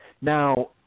Now